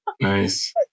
Nice